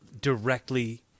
directly